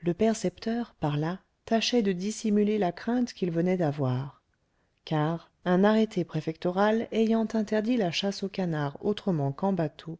le percepteur par là tâchait de dissimuler la crainte qu'il venait d'avoir car un arrêté préfectoral ayant interdit la chasse aux canards autrement qu'en bateau